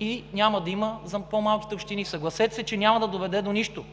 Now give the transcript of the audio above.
и няма да има за по-малките общини. Съгласете се, че Вашето предложение